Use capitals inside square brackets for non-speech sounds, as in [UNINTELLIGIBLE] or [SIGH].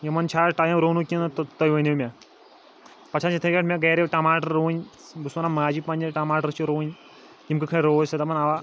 یِمَن چھا آز ٹایم رُونُک کِنہٕ تُہۍ ؤنِو مےٚ پَتہٕ چھِ [UNINTELLIGIBLE] یِتھَے کٲٹھۍ مےٚ گَرِ ٹَماٹَر رُوٕنۍ بہٕ چھُس وَنان ماجہِ پننہِ ٹَماٹَر چھِ رُوٕنۍ یِم کِتھ کٔنۍ رُوُوٗ أسۍ سۄ دَپان اوا